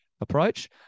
approach